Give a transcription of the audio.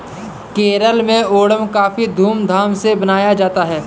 केरल में ओणम काफी धूम धाम से मनाया जाता है